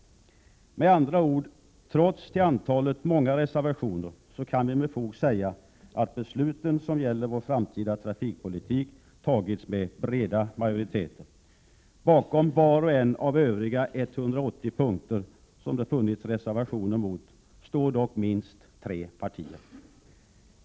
Vi kan med andra ord trots de till antalet många reservationerna med fog säga att besluten som gäller vår framtida trafikpolitik fattats med bred majoritet. Bakom var och en av de övriga 180 punkterna där det funnits reservationer står dock minst tre partier.